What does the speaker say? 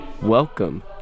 Welcome